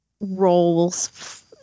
roles